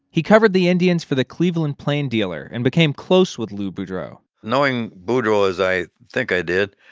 he covered the indians for the cleveland plain dealer and became close with lou boudreau knowing boudreau as i think i did,